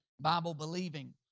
Bible-believing